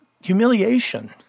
humiliation